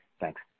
Thanks